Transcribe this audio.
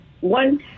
One